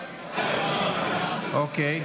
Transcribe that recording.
אוקיי.